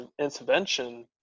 intervention